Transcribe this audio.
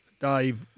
Dave